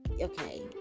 okay